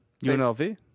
UNLV